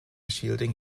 shielding